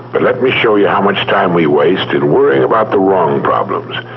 but let me show you how much time we waste in worrying about the wrong problems.